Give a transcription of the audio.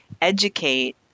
educate